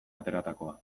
ateratakoa